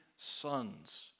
sons